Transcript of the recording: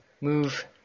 move